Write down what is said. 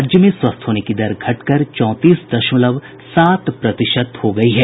राज्य में स्वस्थ होने की दर घटकर चौंतीस दशमलव सात प्रतिशत हो गयी है